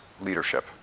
leadership